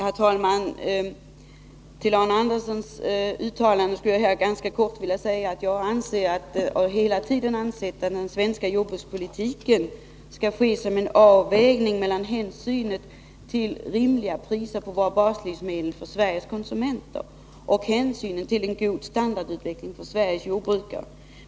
Herr talman! Beträffande Arne Anderssons i Ljung uttalande skall jag fatta mig ganska kort. Jag anser — och har hela tiden ansett — att det när det gäller den svenska jordbrukspolitiken skall vara en avvägning mellan hänsynen till rimliga priser på våra baslivsmedel för Sveriges konsumenter och hänsynen till en god standardutveckling för Sveriges jordbrukare.